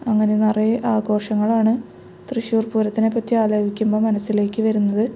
അങ്ങനെ നിറയെ ആഘോഷങ്ങളാണ് തൃശ്ശൂർ പൂരത്തിനെപ്പറ്റി ആലോചിക്കുമ്പോൾ മനസ്സിലേക്ക് വരുന്നത്